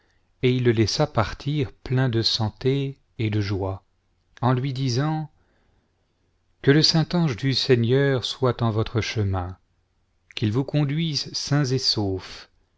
et il le laissa partir plein de santé et de joie en lui disant que le saint ange du seigneur soit en votre chemin qu'il vous conduise sains et saufs